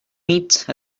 meat